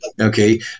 Okay